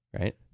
Right